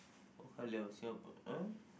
bao ka liao Singapore uh